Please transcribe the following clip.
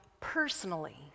personally